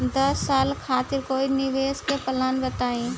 दस साल खातिर कोई निवेश के प्लान बताई?